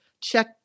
check